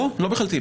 לא, לא מחלטים.